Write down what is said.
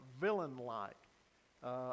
villain-like